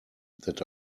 that